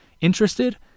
Interested